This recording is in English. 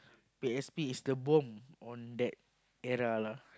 P_S_P is the bomb of that era lah